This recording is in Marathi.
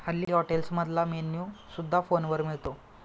हल्ली हॉटेल्समधला मेन्यू सुद्धा फोनवर मिळतो